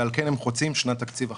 ועל כן הם חוצים שנת תקציב אחת.